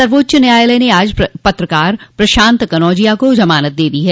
सर्वोच्च न्यायालय ने आज पत्रकार प्रशांत कनौजिया को जमानत दे दी है